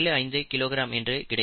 75 kilogram என்று கிடைக்கும்